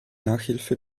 nachhilfe